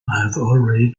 already